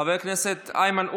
חבר הכנסת איימן עודה,